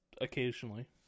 occasionally